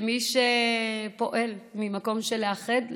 מי שפועל ממקום של לאחד,